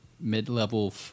mid-level